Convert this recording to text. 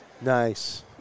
Nice